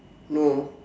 no